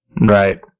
Right